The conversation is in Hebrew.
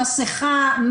מסכה,